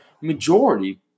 majority